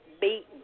beaten